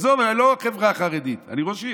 עזוב, אני לא החברה החרדית, אני ראש עיר.